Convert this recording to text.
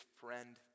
friend